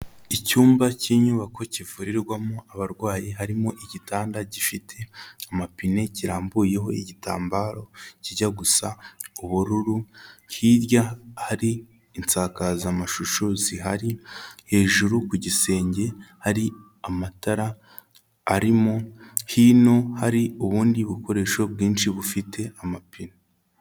Icyumba cy'inyubako kivurirwamo abarwayi harimo igitanda gifite amapine kirambuyeho igitambaro kijya gusa ubururu, hirya hari insakazamashusho zihari, hejuru ku gisenge hari amatara arimo, hino hari ubundi bukoresho bwinshi bufite amapine.